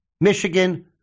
Michigan